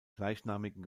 gleichnamigen